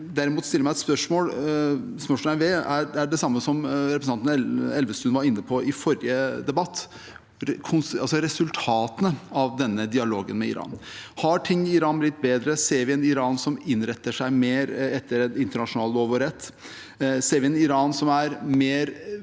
stiller spørsmål ved, er det samme som representanten Elvestuen var inne på i forrige debatt: resultatene av dialogen med Iran. Har ting i Iran blitt bedre? Ser vi et Iran som innretter seg mer etter internasjonal lov og rett? Ser vi et Iran som er mer